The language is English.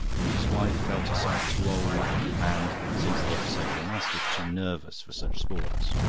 but his wife felt herself too old and, since the episode of the mastiff, too nervous for such sports.